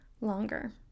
longer